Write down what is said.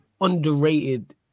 underrated